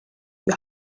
you